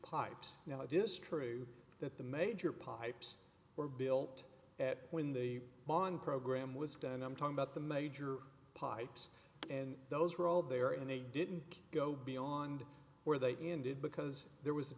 pipes now it is true that the major pipes were built at when the bond program was going and i'm talking about the major pipes and those were all there and they didn't go beyond where they ended because there was a